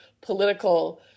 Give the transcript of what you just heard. political